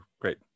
great